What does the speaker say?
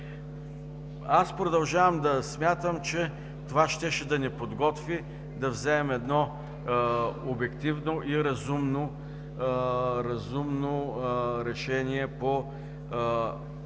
Продължавам да смятам, че това щеше да ни подготви да вземем едно обективно и разумно решение по тези